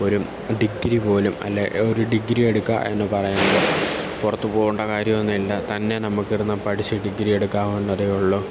ഒരു ഡിഗ്രി പോലും അല്ലെങ്കിൽ ഒരു ഡിഗ്രി എടുക്കുക എന്ന് പറയുന്നത് പുറത്ത് പോവേണ്ട കാര്യമൊന്നുമില്ല തന്നെ നമുക്കിരുന്ന് പഠിച്ച് ഡിഗ്രി എടുക്കാവുന്നതേയുള്ളു